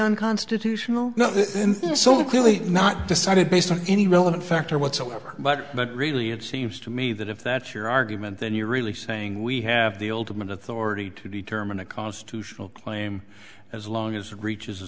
unconstitutional so clearly not decided based on any relevant factor whatsoever but but really it seems to me that if that's your argument then you're really saying we have the ultimate authority to determine a constitutional claim as long as it reaches a